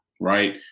right